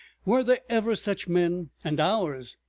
were there ever such men? and ours!